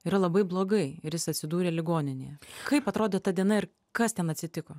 yra labai blogai ir jis atsidūrė ligoninėje kaip atrodė ta diena ir kas ten atsitiko